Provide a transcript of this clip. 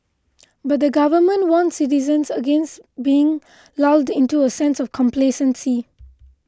but the Government warned citizens against being lulled into a sense of complacency